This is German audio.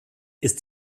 ist